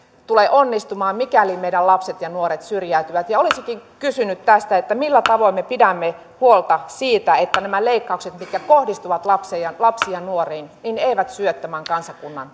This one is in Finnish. tule onnistumaan mikäli meidän lapset ja nuoret syrjäytyvät olisinkin kysynyt tästä millä tavoin me pidämme huolta siitä että nämä leikkaukset mitkä kohdistuvat lapsiin ja nuoriin eivät syö tämän kansakunnan